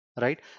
right